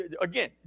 again